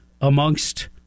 amongst